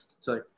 Sorry